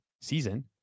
season